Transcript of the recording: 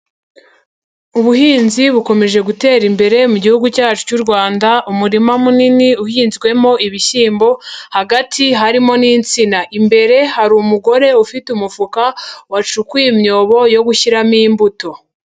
Ubuhinzi bukomeje gutera imbere mu gihugu cyacu cy'u Rwanda, umurima munini uhinzwemo ibishyimbo hagati harimo n'insina, imbere hari umugore ufite umufuka wacukuye imyobo yo gushyiramo imbuto.